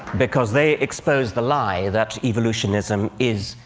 because they expose the lie that evolutionism is,